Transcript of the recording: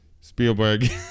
Spielberg